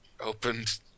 opened